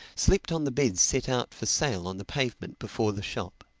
slept on the beds set out for sale on the pavement before the shop.